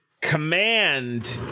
command